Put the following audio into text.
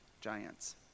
giants